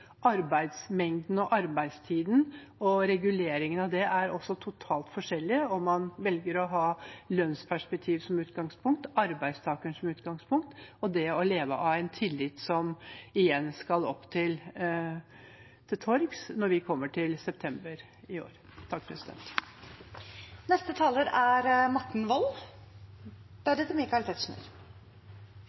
arbeidsmengden og arbeidstiden og reguleringen av det er også totalt forskjellig om man velger å ha lønnsperspektiv som utgangspunkt, arbeidstakeren som utgangspunkt, eller det å leve av en tillit som igjen skal opp til torgs når vi kommer til september i år.